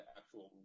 actual